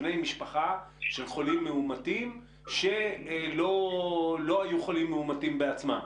בני משפחה של חולים מאומתים שלא היו חולים מאומתים בעצמם.